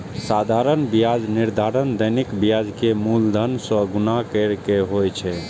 साधारण ब्याजक निर्धारण दैनिक ब्याज कें मूलधन सं गुणा कैर के होइ छै